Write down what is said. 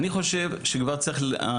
אני חושב שהמדינה,